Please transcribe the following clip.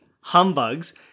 humbugs